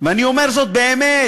ואני אומר זאת באמת